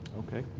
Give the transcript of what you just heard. okay.